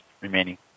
remaining